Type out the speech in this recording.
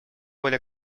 воля